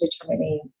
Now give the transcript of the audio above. determining